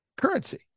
currency